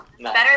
Better